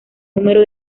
número